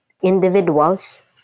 individuals